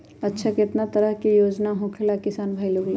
अच्छा कितना तरह के योजना होखेला किसान भाई लोग ला?